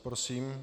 Prosím.